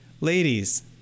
ladies